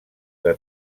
que